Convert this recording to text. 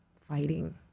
fighting